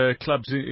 clubs